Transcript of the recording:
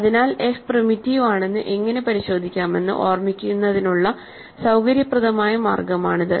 അതിനാൽ F primitive ആണെന്ന് എങ്ങനെ പരിശോധിക്കാമെന്ന് ഓർമ്മിക്കുന്നതിനുള്ള സൌകര്യപ്രദമായ മാർഗ്ഗമാണിത്